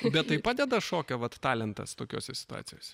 bet tai padeda šokio vat talentas tokiose situacijose